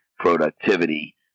productivity